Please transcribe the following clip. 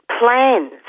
plans